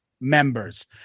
members